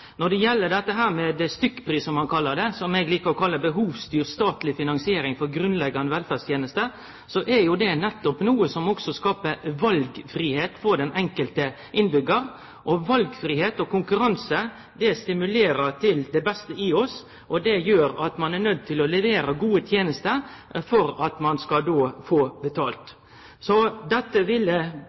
Når det gjeld stykkpris, som han kallar det, som eg likar å kalle behovsstyrt statleg finansiering for grunnleggjande velferdstenester, er det noko som òg skapar valfridom for den enkelte innbyggjaren. Og valfridom og konkurranse stimulerer til det beste i oss og gjer at vi er nøydde til å levere gode tenester for å få betalt. Dette ville